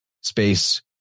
space